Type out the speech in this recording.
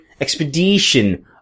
Expedition